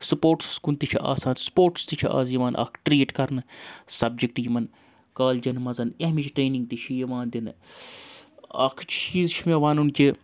سپوٹسَس کُن تہِ چھِ آسان سپوٹس تہِ چھِ آز یِوان اَکھ ٹرٛیٖٹ کَرنہٕ سَبجَکٹ یِمَن کالجَن مَنٛز امِچ ٹرینِنٛگ تہِ چھِ یِوان دِنہٕ اَکھ چیٖز چھُ مےٚ وَنُن کہِ